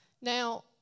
Now